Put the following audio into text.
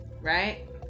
right